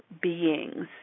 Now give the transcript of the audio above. beings